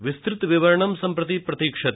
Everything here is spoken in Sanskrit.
विस्तृत विवरणं सम्प्रति प्रतीक्षते